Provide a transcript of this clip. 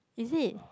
is it